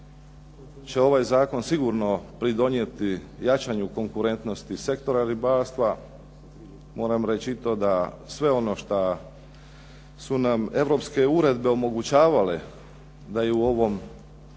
će ovaj zakon sigurno pridonijeti jačanju konkurentnosti sektora ribarstva. Moram reći i to da sve ono šta su nam europske uredbe omogućavale da je u ovom